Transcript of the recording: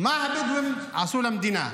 מה הבדואים עשו למדינה?